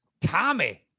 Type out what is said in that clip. Tommy